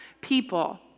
people